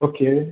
okay